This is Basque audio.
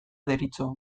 deritzo